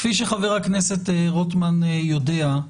כפי שחבר הכנסת רוטמן יודע,